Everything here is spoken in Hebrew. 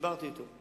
דיברתי אתו.